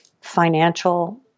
financial